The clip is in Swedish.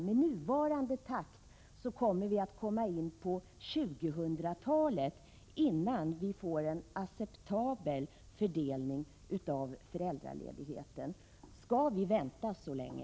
Med nuvarande takt kommer vi in på 2000-talet innan en acceptabel fördelning av föräldraledigheten har åstadkommits. Skall vi vänta så länge?